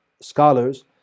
scholars